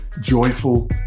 joyful